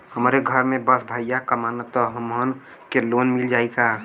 हमरे घर में बस भईया कमान तब हमहन के लोन मिल जाई का?